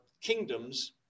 kingdoms